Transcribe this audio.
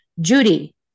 Judy